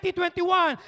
2021